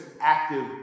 active